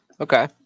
Okay